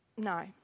no